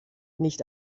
nicht